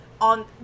on